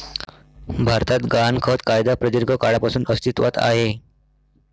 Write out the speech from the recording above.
भारतात गहाणखत कायदा प्रदीर्घ काळापासून अस्तित्वात आहे